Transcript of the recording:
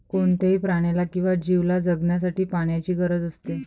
कोणत्याही प्राण्याला किंवा जीवला जगण्यासाठी पाण्याची गरज असते